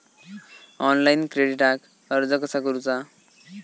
Online क्रेडिटाक अर्ज कसा करुचा?